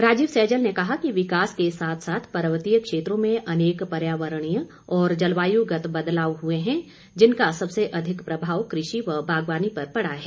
राजीव सैजल ने कहा कि विकास के साथ साथ पर्वतीय क्षेत्रों में अनेक पर्यावरणीय और जलवायुगत बदलाव हुए हैं जिनका सबसे अधिक प्रभाव कृषि व बागवानी पर पड़ा है